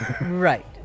Right